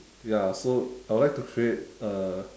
ya so I would like to create uh